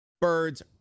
birds